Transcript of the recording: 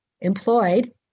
employed